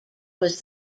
was